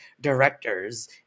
directors